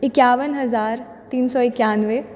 एकाबन हजार तीन सए एकानबे